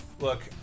Look